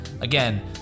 Again